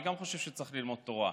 גם אני חושב שצריך ללמוד תורה,